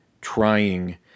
trying